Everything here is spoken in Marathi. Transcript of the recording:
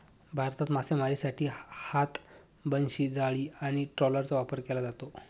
भारतात मासेमारीसाठी हात, बनशी, जाळी आणि ट्रॉलरचा वापर केला जातो